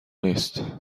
نیست